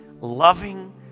loving